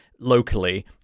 locally